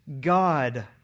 God